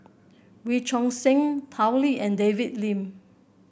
Wee Choon Seng Tao Li and David Lim